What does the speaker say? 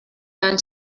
lan